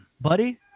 buddy